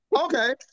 Okay